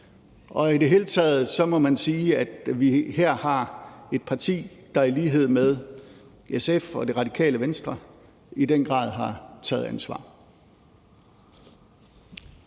I det hele taget må man sige, at vi her har et parti, der i lighed med SF og Radikale Venstre i den grad har taget ansvar.